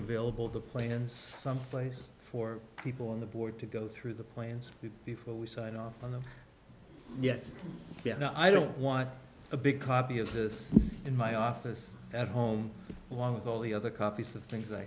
available the plans someplace for people on the board to go through the plans before we sign off on a yes yes no i don't want a big copy of this in my office at home along with all the other copies of things i